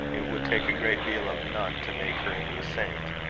it would take a great deal of nun to make her into a saint.